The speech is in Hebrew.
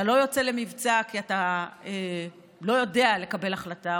אתה לא יוצא למבצע כי אתה לא יודע לקבל החלטה.